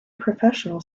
professional